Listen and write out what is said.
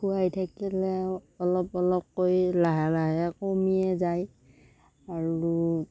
খোৱাই থাকিলেও অলপ অলপকৈ লাহে লাহে কমিয়ে যায় আৰু